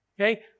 okay